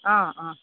অঁ অঁ